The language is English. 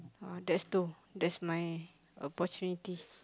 uh that's two that's my opportunity